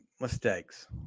mistakes